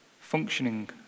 functioning